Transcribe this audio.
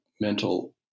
mental